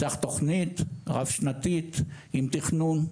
צריך תוכנית רב שנתית עם תכנון,